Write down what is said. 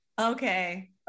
Okay